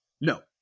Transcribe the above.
No